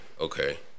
Okay